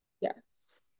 Yes